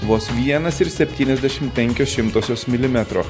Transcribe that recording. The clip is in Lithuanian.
vos vienas ir septyniasdešim penkios šimtosios milimetro